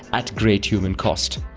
at great human cost.